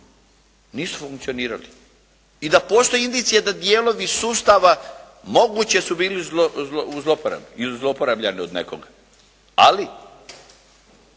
nisu funkcionirali i da postoje indicije da dijelovi sustava moguće su bili u zlouporabi i zlo uporabljani od nekoga. Ali,